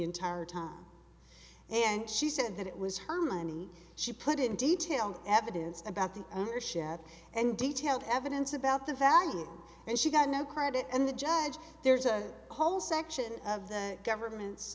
entire time and she said that it was her money she put in detail evidence about the ownership and detailed evidence about the value and she got no credit and the judge there's a whole section of the government